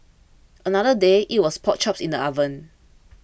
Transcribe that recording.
another day it was pork chops in the oven